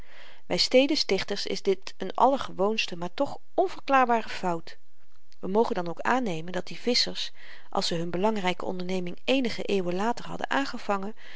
by stedenstichters is dit n allergewoonste maar toch onverklaarbare fout we mogen dan ook aannemen dat die visschers als ze hun belangryke onderneming eenige eeuwen later hadden aangevangen